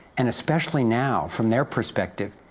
and especially now, from their perspective,